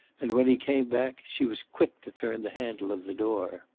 and when he came back she was quick to turn the handle of the door.